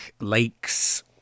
lakes